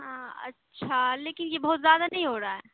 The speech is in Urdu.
ہاں اچھا لیکن یہ بہت زیادہ نہیں ہو رہا ہے